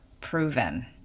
proven